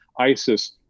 isis